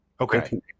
Okay